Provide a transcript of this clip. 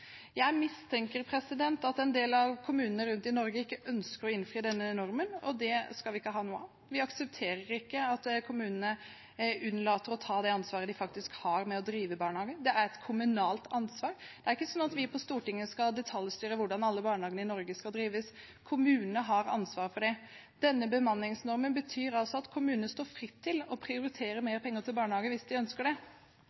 Jeg mistenker at en del av kommunene rundt i Norge ikke ønsker å innfri denne normen, og det skal vi ikke ha noe av. Vi aksepterer ikke at kommunene unnlater å ta det ansvaret de faktisk har for å drive barnehagene. Det er et kommunalt ansvar. Det er ikke sånn at vi på Stortinget skal detaljstyre hvordan alle barnehagene i Norge skal drives, kommunene har ansvaret for det. Denne bemanningsnormen betyr altså at kommunene står fritt til å prioritere mer